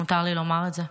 מותר לי לומר את זה.